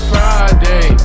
Friday